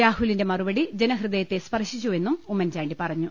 രാഹുലിന്റെ മറുപടി ജനഹൃദയത്തെ സ്പർശിച്ചു വെന്നും ഉമ്മൻചാണ്ടി പറഞ്ഞു